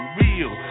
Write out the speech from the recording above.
real